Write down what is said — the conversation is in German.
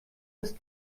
ist